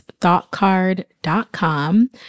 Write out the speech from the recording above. thoughtcard.com